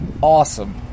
Awesome